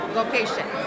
location